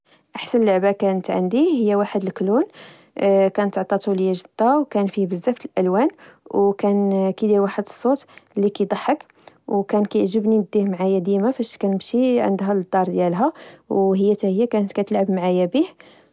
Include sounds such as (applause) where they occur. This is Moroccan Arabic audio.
أحسن لعبة كانت عندي هي واحد الكلون (hesitation) كانت عطاتو لي جدا. كان فيه بزاف ديال الألوان وكان كدير واحد الصوت لكضحك وكان كعجبني نديه معيا ديما فاش كنمشي عندها للدار ديالها، وهي تاهيا كانت كتلعب معايا بي